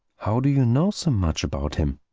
how do you know so much about him?